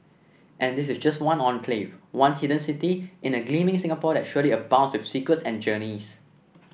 and this is just one enclave one hidden city in a gleaming Singapore that surely abounds with secrets and journeys